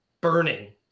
burning